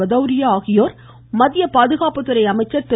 பதௌரியா ஆகியோர் மத்திய பாதுகாப்புத்துறை அமைச்சர் திரு